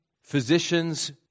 physicians